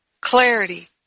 clarity